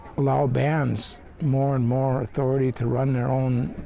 allow bands more and more authority to run their own